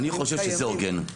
אני חושב שזה הוגן.